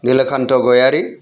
Nilakanth' Gayari